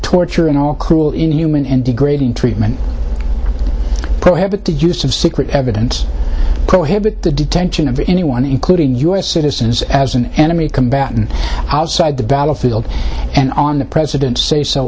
torture and all cruel inhuman and degrading treatment prohibit the use of secret evidence prohibit the detention of anyone including us citizens as an enemy combatant outside the battlefield and on the president say so